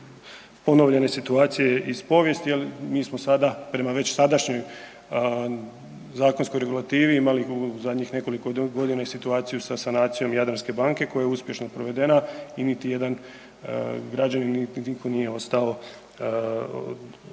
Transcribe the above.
ponovljene situacije iz povijesti, ali mi smo sada, prema već sadašnjoj zakonskoj regulativi imali zadnjih nekoliko godina i situaciju sa sanacijom Jadranske banke koja je uspješno provedena i niti jedan građanin, ni niko nije ostao uskraćen